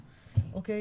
אוקי?